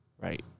Right